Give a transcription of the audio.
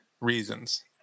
reasons